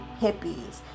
hippies